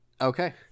Okay